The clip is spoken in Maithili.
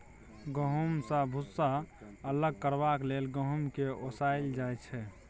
गहुँम सँ भुस्सा अलग करबाक लेल गहुँम केँ ओसाएल जाइ छै